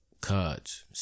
Cards